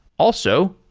also,